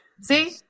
See